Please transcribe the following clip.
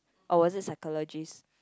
oh was it psychologist